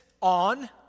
on